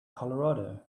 colorado